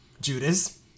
Judas